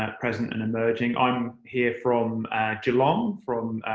ah present and emerging. i'm here from geelong, from